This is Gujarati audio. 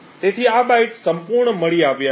તેથી આ બાઇટ્સ સંપૂર્ણ મળી આવ્યા છે